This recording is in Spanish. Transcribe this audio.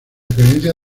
creencia